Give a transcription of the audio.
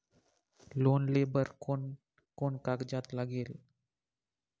Loan लेहे बर कोन कोन कागजात लागेल?